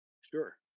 Sure